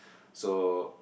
so